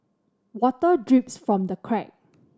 water drips from the crack